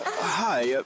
Hi